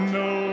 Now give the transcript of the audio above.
no